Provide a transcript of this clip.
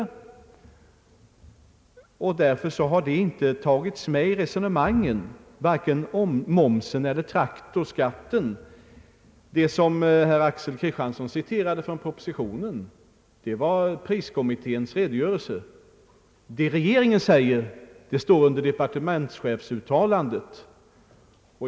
Därför har varken momsen eller traktorskatten tagits med i resonemangen. Vad herr Axel Kristiansson citerade ur propositionen var jordbrukspriskommitténs redogörelse. Vad regeringen säger återfinns under departementschefens uttalande.